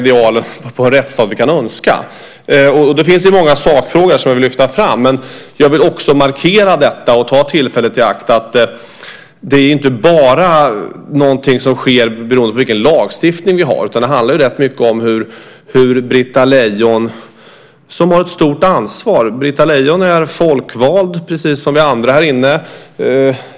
Det finns många sakfrågor som jag vill lyfta fram, men jag vill också ta tillfället i akt och markera att detta inte är någonting som sker beroende på vilken lagstiftning vi har. Det handlar rätt mycket också om hur Britta Lejon gör, för Britta Lejon är folkvald, precis som vi andra här inne.